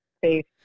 faith